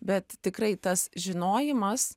bet tikrai tas žinojimas a